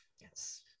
Yes